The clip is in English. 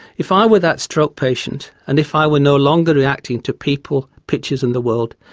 if i were that stroke patient and if i were no longer reacting to people, pictures and the world,